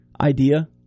idea